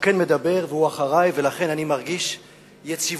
הוא כן מדבר אחרי ולכן אני מרגיש יציבות.